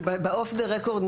באוף דה רקורד,